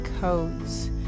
codes